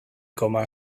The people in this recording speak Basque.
koma